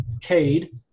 Cade